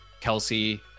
Kelsey